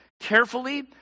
carefully